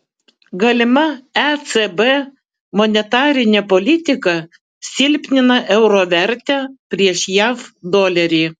galima ecb monetarinė politika silpnina euro vertę prieš jav dolerį